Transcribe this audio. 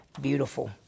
beautiful